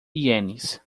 ienes